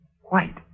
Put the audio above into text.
white